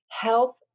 health